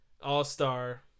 all-star